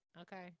Okay